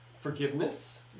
forgiveness